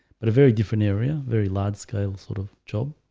but a very different area very large scale sort of job